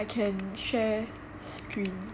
I can share screen